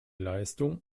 leistung